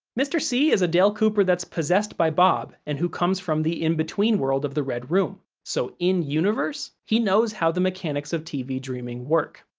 mr. c is a dale cooper that's possessed by bob and who comes from the in-between world of the red room, so in-universe, he knows how the mechanics of tv dreaming work.